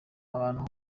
ahantu